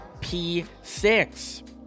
P6